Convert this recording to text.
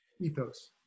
ethos